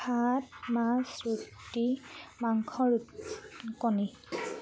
ভাত মাছ ৰুটি মাংস কণী